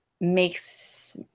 makes